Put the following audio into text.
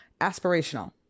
aspirational